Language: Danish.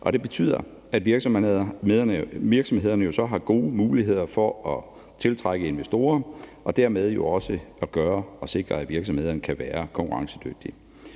og det betyder, at virksomhederne jo så har gode muligheder for at tiltrække investorer og dermed jo også sikre, at virksomhederne kan være konkurrencedygtige.